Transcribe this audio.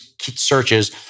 searches